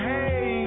Hey